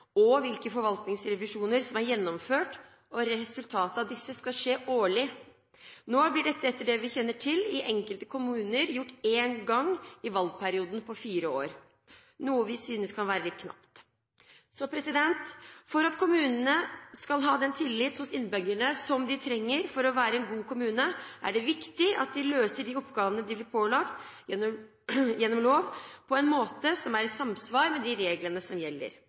om hvilke forvaltningsrevisjoner som er gjennomført, og resultatet av disse, skal skje årlig. Nå blir dette, etter det vi kjenner til, i enkelte kommuner gjort én gang i valgperioden på fire år. Det synes vi kan være litt knapt. For at kommunene skal ha den tillit hos innbyggerne som de trenger for å være gode kommuner, er det viktig at de løser de oppgavene de blir pålagt gjennom lov, på en måte som er i samsvar med de reglene som gjelder.